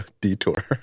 detour